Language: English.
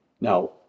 Now